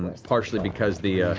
partially because the